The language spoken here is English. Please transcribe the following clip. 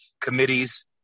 committees